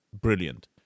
Brilliant